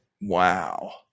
Wow